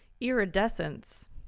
iridescence